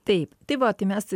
taip tai va tai mes